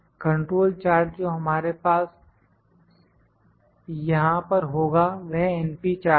control chart जो हमारे पास यहां पर होगा वह np चार्ट है